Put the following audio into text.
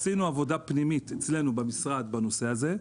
עשינו עבודה פנימית אצלנו במשרד בנושא הזה.